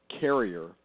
carrier